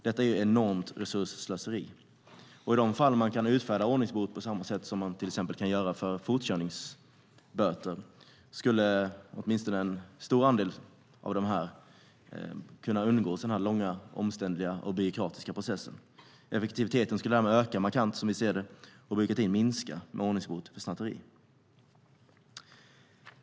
Detta är ett enormt resursslöseri. Om man skulle kunna utfärda ordningsbot på samma sätt som man till exempel kan göra när det gäller fortkörning skulle man åtminstone i en stor andel av de här fallen kunna undgå sådana här långa, omständliga och byråkratiska processer. Effektiviteten skulle öka markant, som vi ser det, med ordningsbot för snatteri, och byråkratin skulle minska.